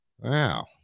Wow